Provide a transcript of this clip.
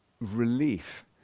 relief